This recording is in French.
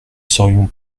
saurions